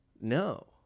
No